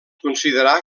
considerar